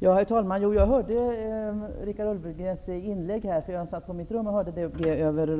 Herr talman! Jag hörde Richard Ulfvengrens inlägg i radion på mitt rum. Det är väl